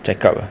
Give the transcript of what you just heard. check up ah